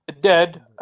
dead